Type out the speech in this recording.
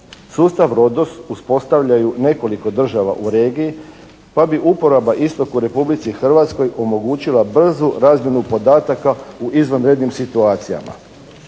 Sustav RODOS uspostavljaju nekoliko država u regiji, pa bi uporaba istog u Republici Hrvatskoj omogućila brzu razmjenu podataka u izvanrednim situacijama.